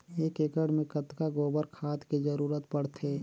एक एकड़ मे कतका गोबर खाद के जरूरत पड़थे?